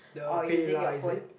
or using your phone